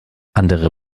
andere